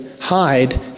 hide